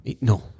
No